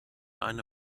eine